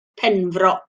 penfro